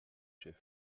chef